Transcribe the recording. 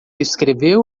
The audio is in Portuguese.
escreveu